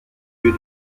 lieu